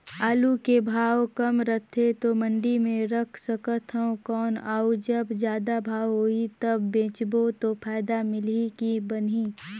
आलू के भाव कम रथे तो मंडी मे रख सकथव कौन अउ जब जादा भाव होही तब बेचबो तो फायदा मिलही की बनही?